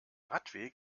radweg